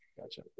Gotcha